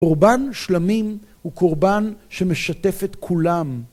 קורבן שלמים הוא קורבן שמשתף את כולם.